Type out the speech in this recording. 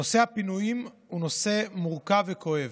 נושא הפינויים הוא נושא מורכב וכאוב.